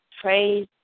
Praise